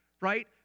Right